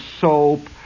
soap